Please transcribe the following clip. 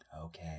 Okay